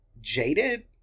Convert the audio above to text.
jaded